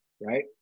right